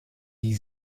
die